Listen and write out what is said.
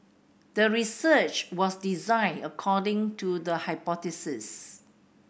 the research was designed according to the hypothesis